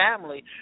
family